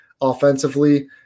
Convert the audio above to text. offensively